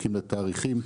מחכים לתאריכים.